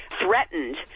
threatened